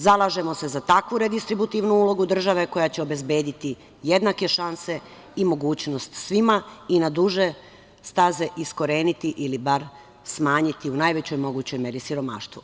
Zalažemo se za takvu redistributivnu ulogu države koja će obezbediti jednake šanse i mogućnost svima i na duže staze iskoreniti ili bar smanjiti u najvećoj mogućoj meri siromaštvo.